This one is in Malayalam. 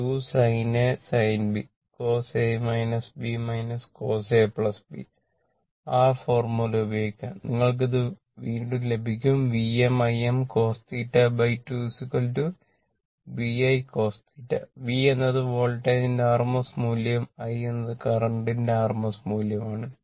V എന്നത് വോൾട്ടേജിന്റെ rms മൂല്യവും I എന്നത് കറന്റിന്റെ rms മൂല്യവുമാണ്